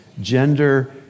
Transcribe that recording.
gender